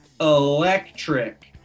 Electric